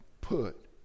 put